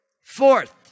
Fourth